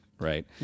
Right